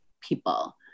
people